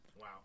Wow